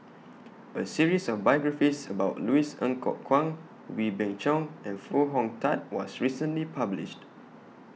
A series of biographies about Louis Ng Kok Kwang Wee Beng Chong and Foo Hong Tatt was recently published